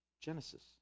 Genesis